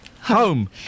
Home